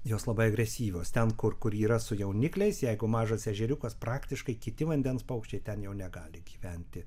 jos labai agresyvios ten kur kur yra su jaunikliais jeigu mažas ežeriukas praktiškai kiti vandens paukščiai ten jau negali gyventi